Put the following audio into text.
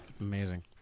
Amazing